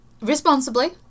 responsibly